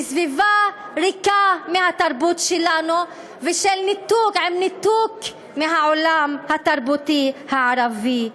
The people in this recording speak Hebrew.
לסביבה ריקה מהתרבות שלנו ועם ניתוק מהעולם התרבותי הערבי.